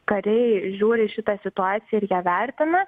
kariai žiūri į šitą situaciją ir ją vertina